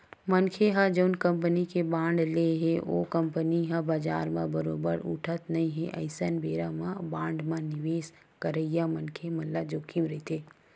मनखे ह जउन कंपनी के बांड ले हे ओ कंपनी ह बजार म बरोबर उठत नइ हे अइसन बेरा म बांड म निवेस करइया मनखे ल जोखिम रहिथे